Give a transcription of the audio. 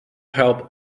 help